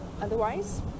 Otherwise